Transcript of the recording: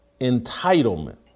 entitlement